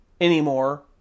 anymore